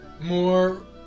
more